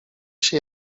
się